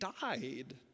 died